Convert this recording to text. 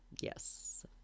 Yes